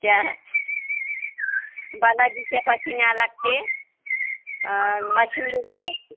त्या बालाजीच्यापाशी न्यावं लागते आणि वाशिमला न्यावं लागते